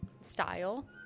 style